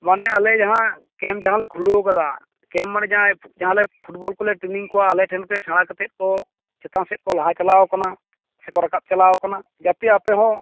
ᱢᱟᱱᱮ ᱟᱞᱮ ᱡᱟᱦᱟᱸ ᱠᱮᱢᱯ ᱡᱟᱦᱟᱸᱞᱮ ᱠᱷᱩᱞᱟᱹᱣ ᱠᱟᱫᱟ ᱠᱮᱢᱯ ᱢᱟᱱᱮ ᱡᱟᱦᱟᱸ ᱡᱟᱦᱟᱸᱞᱮ ᱯᱷᱩᱴᱵᱚᱞ ᱠᱚᱞᱮ ᱴᱨᱮᱱᱤᱝ ᱠᱚᱣᱟ ᱟᱞᱮᱴᱷᱮᱱ ᱠᱷᱚᱱ ᱥᱮᱸᱲᱟ ᱠᱟᱛᱮᱠᱚ ᱪᱮᱛᱟᱱ ᱥᱮᱫ ᱠᱚ ᱞᱟᱦᱟ ᱪᱟᱞᱟᱣ ᱟᱠᱟᱱᱟ ᱥᱮᱠᱚ ᱨᱟᱠᱟᱵ ᱪᱟᱞᱟᱣ ᱟᱠᱟᱱᱟ ᱡᱟᱛᱮ ᱟᱯᱮᱦᱚ